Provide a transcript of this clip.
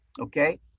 Okay